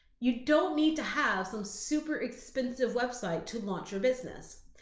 you don't need to have some super expensive website to launch your business.